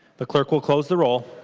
the clerk will close the roll.